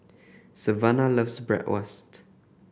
Savanna loves Bratwurst